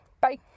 Bye